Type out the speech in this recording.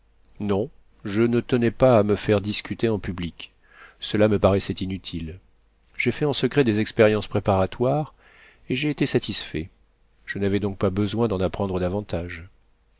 non je ne tenais pas à me faire discuter en public cela me paraissait inutile j'ai fait en secret des expériences préparatoires et j'ai été satisfait je n'avais donc pas besoin d'en apprendre davantage